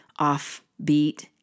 offbeat